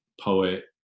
poet